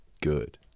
good